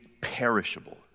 perishable